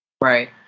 Right